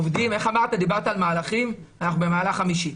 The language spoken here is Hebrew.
דיברת על מהלכים אנחנו במהלך חמישי.